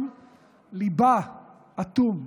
גם ליבה אטום,